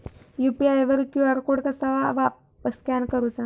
UPI वर QR code कसा scan करूचा?